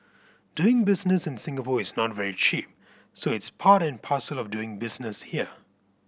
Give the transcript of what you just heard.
doing business in Singapore is not very cheap so it's part and parcel of doing business here